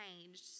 changed